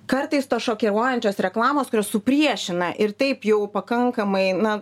kartais tos šokiruojančios reklamos kurios supriešina ir taip jau pakankamai na